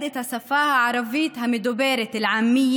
את השפה הערבית המדוברת (מתרגמת את המילה לערבית)